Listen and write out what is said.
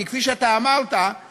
כי כפי שאתה אמרת,